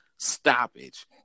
Stoppage